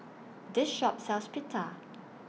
This Shop sells Pita